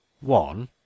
One